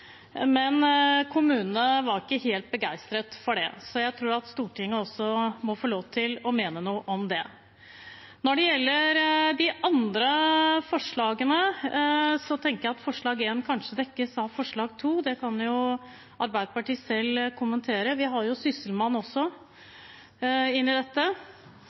men kommunene var ikke helt begeistret for det. Jeg tror at også Stortinget må få lov til å mene noe om det. Når det gjelder de andre forslagene, tenker jeg at forslag nr. 1 kanskje dekkes av forslag nr. 2. Det kan Arbeiderpartiet selv kommentere. Vi har også tittelen sysselmann som en del av dette.